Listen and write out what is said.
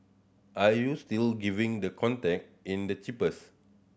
are you still giving the contact in the cheapest